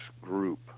group